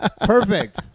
Perfect